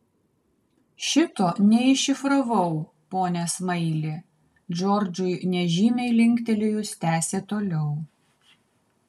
šito neiššifravau pone smaili džordžui nežymiai linktelėjus tęsė toliau